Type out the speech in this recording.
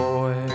Boy